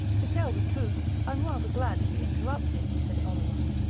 to tell the truth, i'm rather glad to be interrupted, said oleron.